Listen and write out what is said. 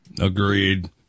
Agreed